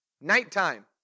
Nighttime